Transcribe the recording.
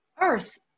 earth